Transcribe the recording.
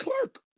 clerk